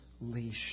leash